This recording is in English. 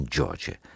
Georgia